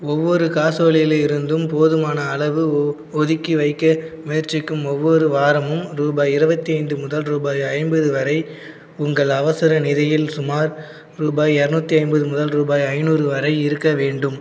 ஒவ்வொரு காசோலையிலிருந்தும் போதுமான அளவு ஒதுக்கி வைக்க முயற்சிக்கும் ஒவ்வொரு வாரமும் ரூபாய் இருபத்தி ஐந்து முதல் ரூபாய் ஐம்பது வரை உங்கள் அவசர நிதியில் சுமார் ரூபாய் இரநூத்தி ஐம்பது முதல் ரூபாய் ஐநூறு வரை இருக்க வேண்டும்